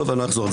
תודה.